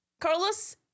Carlos